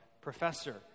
professor